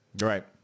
Right